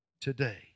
today